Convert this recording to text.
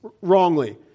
wrongly